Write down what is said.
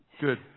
Good